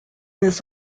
this